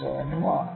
07 ഉം ആണ്